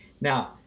Now